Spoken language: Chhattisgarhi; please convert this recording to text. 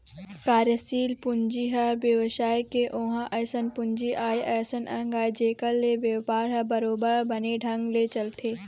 कार्यसील पूंजी ह बेवसाय के ओहा अइसन पूंजी आय अइसन अंग आय जेखर ले बेपार ह बरोबर बने ढंग ले चलथे